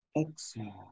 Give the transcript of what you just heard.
Exhale